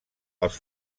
els